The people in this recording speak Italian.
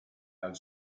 dal